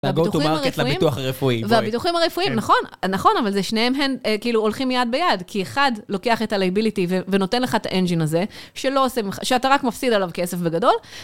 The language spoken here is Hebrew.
והביטוחים הרפואיים, והgo-to-market בביטוחים הרפואיים, והביטוחים הרפואים - נכון, נכון, אבל זה שניהם הם כאילו הולכים יד ביד כי אחד לוקח את הלייביליטי ונותן לך את האנג'ין הזה שלא עושה לך.. שאתה רק מפסיד עליו כסף בגדול.